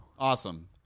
Awesome